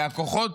והכוחות